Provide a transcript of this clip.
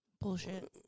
Bullshit